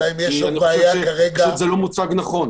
כי אני חושב שזה פשוט לא מוצג נכון.